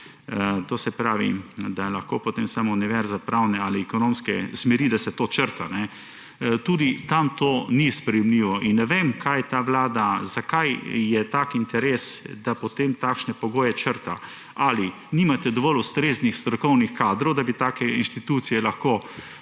To se pravi, da je lahko potem samo univerza pravne ali ekonomske smeri, da se to črta. Tudi tam to ni sprejemljivo in ne vem, kaj je ta vlada, zakaj je tak interes, da potem takšne pogoje črta. Ali nimate dovolj ustreznih strokovnih kadrov, da bi take institucije lahko